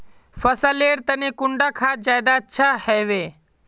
फसल लेर तने कुंडा खाद ज्यादा अच्छा हेवै?